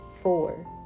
Four